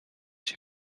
się